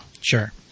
Sure